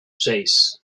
seis